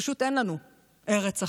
פשוט אין לנו ארץ אחרת.